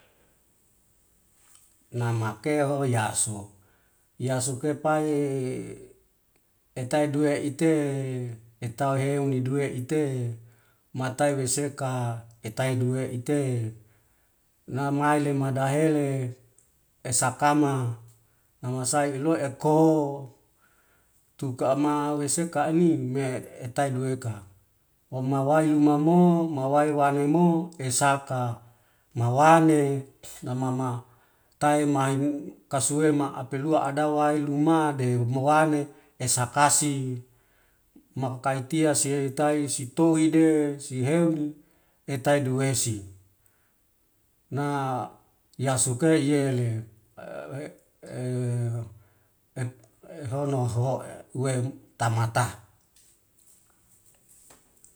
nama keho yaso, yasoke pai atai due ite itaheu ni due ite matai wiseka etai due ite namaile madahele esakama namsai ilue eko tuka ama weseka ani me etai duweka, omawai luma mo, mawi wane mo esaka mawane namama tai ma kasue ma apelua adawai lumade mawane esakasi makai tiasi taisituide seheudi etai duwesi, na yasuke iele ehono hoe uwei tamata.